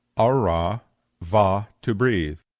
au ra. va, to breathe.